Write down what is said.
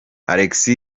alex